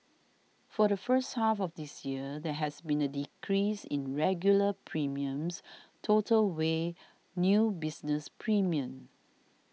for the first half of this year there has been a decrease in regular premiums total weighed new business premiums